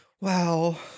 wow